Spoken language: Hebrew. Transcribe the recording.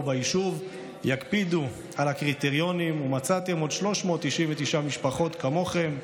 ביישוב יקפידו על הקריטריונים ומצאתם עוד 399 משפחות כמוכם,